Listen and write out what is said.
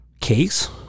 case